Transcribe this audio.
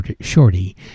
Shorty